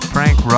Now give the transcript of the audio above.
Frank